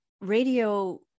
radio